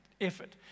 effort